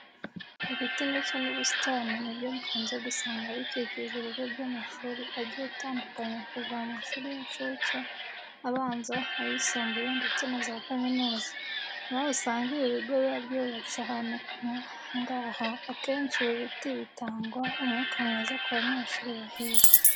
Ibiti ndetse n'ubusitani ni byo dukunze gusanga bikikije ibigo by'amashuri agiye atandukanye kuva mu mashuri y'incuke, abanza, ayisumbuye ndetse na za kaminuza. Impamvu usanga ibi bigo biba byubatse ahantu nk'aha ngaha, akenshi ibi biti bitanga umwuka mwiza ku banyeshuri bahiga.